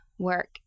work